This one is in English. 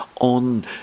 on